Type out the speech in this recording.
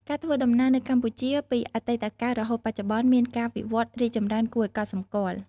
ការធ្វើដំណើរនៅកម្ពុជាពីអតីតកាលរហូតបច្ចុប្បន្ន មានការវិវត្តន៍រីកចម្រើនគួរឲ្យកត់សម្គាល់ ។